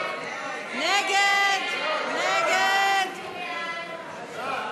סעיף תקציבי 33, משרד החקלאות, לשנת הכספים 2017,